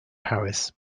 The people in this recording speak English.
paris